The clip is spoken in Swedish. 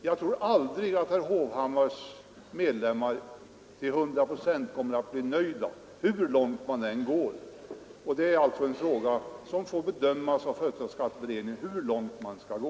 Jag tror aldrig att medlemmarna i herr Hovhammars förening till 100 procent kommer att bli nöjda, hur långt man än går. Men det är alltså en fråga som får bedömas av företagsskatteberedningen, hur långt man skall gå.